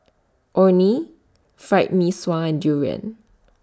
Orh Nee Fried Mee Sua and Durian